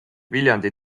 viljandi